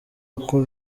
uko